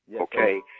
Okay